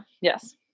yes